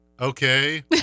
Okay